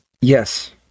Yes